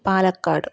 Palakkad